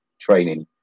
training